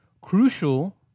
crucial